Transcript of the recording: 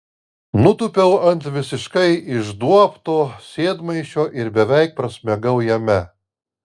nutūpiau ant visiškai išduobto sėdmaišio ir beveik prasmegau jame